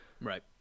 Right